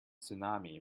tsunami